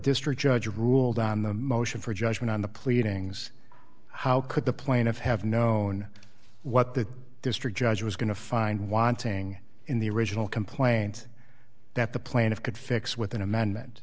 district judge ruled on the motion for judgment on the pleadings how could the plaintiff have known what the district judge was going to find wanting in the original complaint that the plaintiff could fix with an amendment